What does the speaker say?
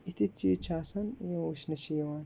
یِتھ یِتھ چیٖز چھِ آسان یِم وٕچھنہِ چھِ یِوان